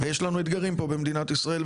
ויש לנו אתגרים פה במדינת ישראל,